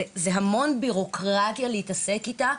זה המון בירוקרטיה להתעסק איתה,